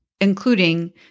including